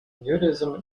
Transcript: nudism